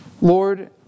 Lord